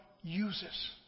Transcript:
uses